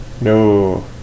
No